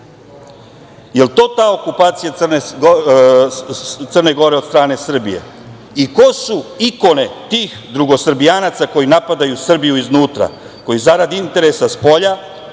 li je to ta okupacija Crne Gore od strane Srbije? Ko su ikone tih drugosrbijanaca koji napadaju Srbiju iznutra, koji zarad interesa spolja